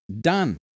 done